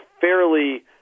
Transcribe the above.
fairly